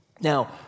Now